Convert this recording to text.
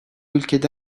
ülkede